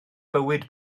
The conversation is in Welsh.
bywyd